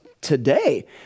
today